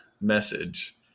message